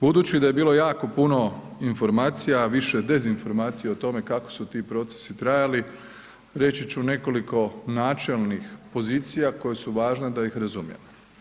Budući da je bilo jako puno informacija, više dezinformacija o tome kako su ti procesi trajali, reći ću nekoliko načelnih pozicija koje su važne da ih razumijemo.